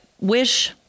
wish